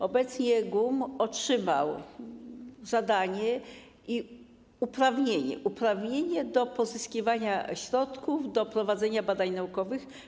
Obecnie GUM otrzymał zadanie i uprawnienie, uprawnienie do pozyskiwania środków do prowadzenia badań naukowych.